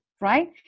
right